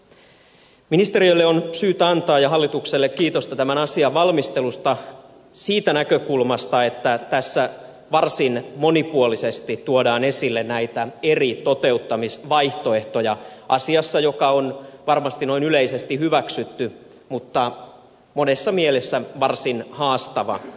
ministeriölle ja hallitukselle on syytä antaa kiitosta tämän asian valmistelusta siitä näkökulmasta että tässä varsin monipuolisesti tuodaan esille näitä eri toteuttamisvaihtoehtoja asiassa joka on varmasti noin yleisesti hyväksytty mutta monessa mielessä varsin haastava toteuttaa